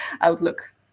outlook